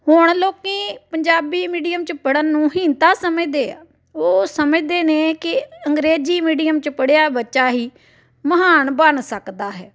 ਹੁਣ ਲੋਕੀ ਪੰਜਾਬੀ ਮੀਡੀਅਮ 'ਚ ਪੜਨ ਨੂੰ ਹੀਣਤਾ ਸਮਝਦੇ ਆ ਉਹ ਸਮਝਦੇ ਨੇ ਕਿ ਅੰਗਰੇਜ਼ੀ ਮੀਡੀਅਮ 'ਚ ਪੜ੍ਹਿਆ ਬੱਚਾ ਹੀ ਮਹਾਨ ਬਣ ਸਕਦਾ ਹੈ